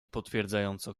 potwierdzająco